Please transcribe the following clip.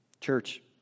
Church